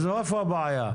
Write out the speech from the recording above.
אז איפה הבעיה?